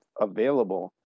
available